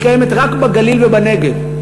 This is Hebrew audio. היא קיימת רק בגליל ובנגב,